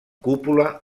cúpula